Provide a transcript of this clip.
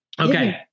Okay